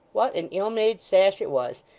what an ill-made sash it was!